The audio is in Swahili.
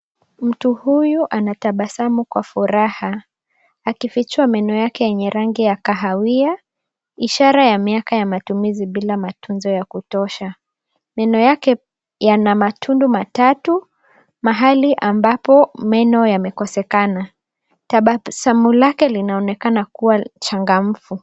Mtu huyu anatabasamu kwa furaha, akifichua meno yake yenye rangi ya kahawia, ishara ya miaka ya matumizi bila matunzo ya kutosha, meno yake yana matundu matatu, mahali ambapo meno yamekosekana. Tabasamu lake linaonekana kuwa changamfu.